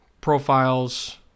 profiles